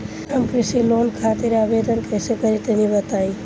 हम कृषि लोन खातिर आवेदन कइसे करि तनि बताई?